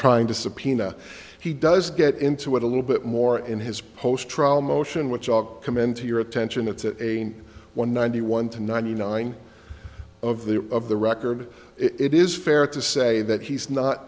trying to subpoena he does get into it a little bit more in his post trial motion which i commend to your attention that it ain't one ninety one to ninety nine of the of the record it is fair to say that he's not